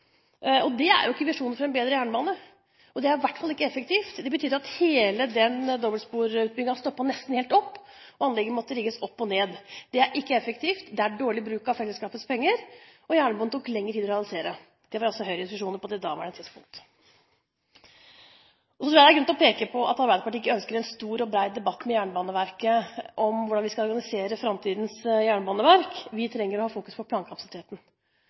Det er ikke visjon for en bedre jernbane, og det er i hvert fall ikke effektivt. Det betydde at hele denne dobbeltsporutbyggingen nesten stoppet helt opp. Anlegget måtte rigges opp – og ned. Det er ikke effektivt, det er dårlig bruk av fellesskapets penger, og det tok lengre tid å realisere jernbanen. Dette var altså Høyres visjoner på det daværende tidspunkt. Så tror jeg det er grunn til å peke på at Arbeiderpartiet ikke ønsker en stor og bred debatt med Jernbaneverket om hvordan vi skal organisere framtidens jernbaneverk, vi trenger å fokusere på plankapasiteten.